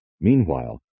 Meanwhile